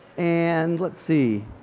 and let's see.